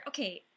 Okay